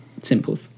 Simple